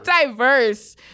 diverse